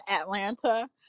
Atlanta